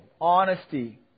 honesty